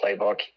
playbook